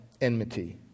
enmity